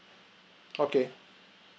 okay